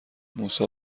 موسی